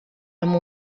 amb